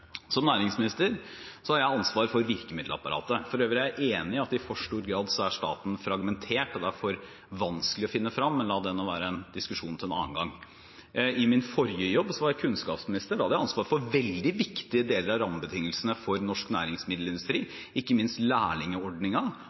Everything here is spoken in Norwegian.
Som næringsminister har jeg ansvar for virkemiddelapparatet. For øvrig er jeg enig i at i for stor grad er staten fragmentert, og det er for vanskelig å finne fram, men la nå det være en diskusjon til en annen gang. I min forrige jobb var jeg kunnskapsminister. Da hadde jeg ansvar for veldig viktige deler av rammebetingelsene for norsk næringsmiddelindustri, ikke minst